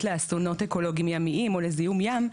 לאסונות אקולוגיים ימיים או לזיהום ים,